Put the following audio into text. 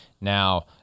Now